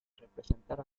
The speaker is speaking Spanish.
representar